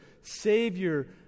Savior